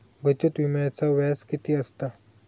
बचत विम्याचा व्याज किती असता?